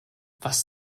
was